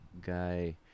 guy